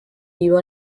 vivo